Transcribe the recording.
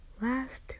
last